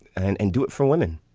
and and do it for women.